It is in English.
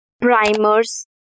Primers